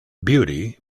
beauty